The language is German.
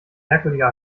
merkwürdiger